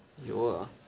有 lah